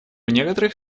некоторых